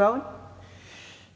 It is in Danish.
(UFG):